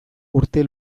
urte